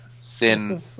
Sin